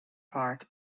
part